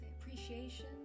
appreciation